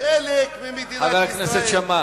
חבר הכנסת שאמה.